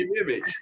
image